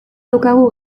daukagu